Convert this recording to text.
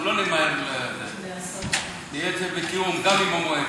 אנחנו לא נמהר, זה יהיה בתיאום גם עם המועצה.